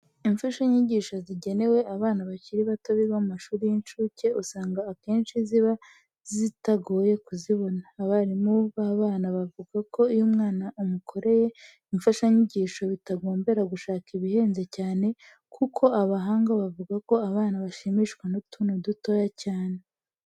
Imfashanyigisho zigenewe abana bakiri bato biga mu mashuri y'incuke, usanga akenshi ziba zitagoye kuzibona. Abarimu b'aba bana bavuga ko iyo umwana umukoreye imfashanyigisho bitagombera gushaka ibihenze cyane kuko abahanga bavuga ko abana bashimishwa n'utuntu dutoya cyane.